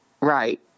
Right